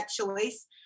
choice